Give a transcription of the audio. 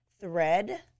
thread